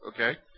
Okay